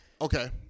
Okay